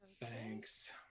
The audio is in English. Thanks